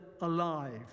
alive